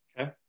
Okay